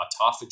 autophagy